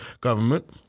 government